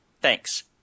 Thanks